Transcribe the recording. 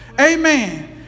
amen